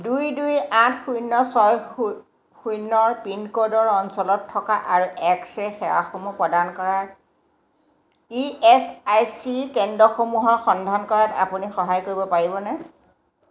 দুই দুই আঠ শূন্য ছয় শূন্যৰ পিনক'ডৰ অঞ্চলত থকা আৰু এক্স ৰে' সেৱাসমূহ প্ৰদান কৰা ই এছ আই চি কেন্দ্ৰসমূহৰ সন্ধান কৰাত আপুনি সহায় কৰিব পাৰিবনে